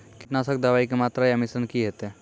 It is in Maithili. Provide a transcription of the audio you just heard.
कीटनासक दवाई के मात्रा या मिश्रण की हेते?